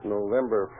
November